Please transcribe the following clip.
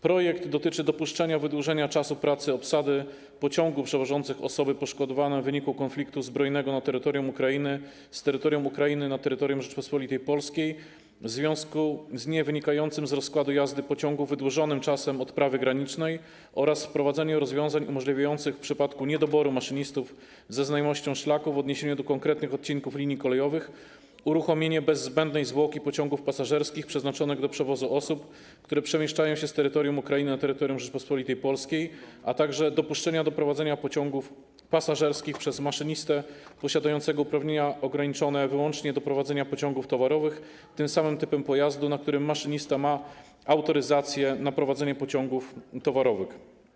Projekt dotyczy dopuszczenia wydłużenia czasu pracy obsady pociągów przewożących osoby poszkodowane w wyniku konfliktu zbrojnego na terytorium Ukrainy z terytorium Ukrainy na terytorium Rzeczypospolitej Polskiej w związku z niewynikającym z rozkładu jazdy pociągu wydłużonym czasem odprawy granicznej oraz wprowadzenia rozwiązań umożliwiających w przypadku niedoboru maszynistów ze znajomością szlaków w odniesieniu do konkretnych odcinków linii kolejowych uruchomienie bez zbędnej zwłoki pociągów pasażerskich przeznaczonych do przewozu osób, które przemieszczają się z terytorium Ukrainy na terytorium Rzeczypospolitej Polskiej, a także dopuszczenia do prowadzenia pociągów pasażerskich przez maszynistę posiadającego uprawnienia ograniczone wyłącznie do prowadzenia pociągów towarowych tym samym typem pojazdu, na którym maszynista ma autoryzację na prowadzenie pociągów towarowych.